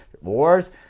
Wars